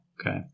Okay